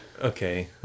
Okay